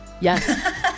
yes